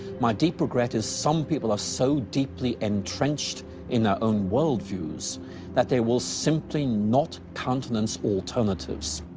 my deep regret is some people are so deeply entrenched in their own worldviews that they will simply not countenance alternatives.